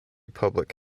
public